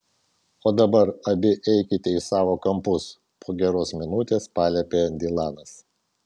o dabar abi eikite į savo kampus po geros minutės paliepė dilanas